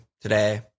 today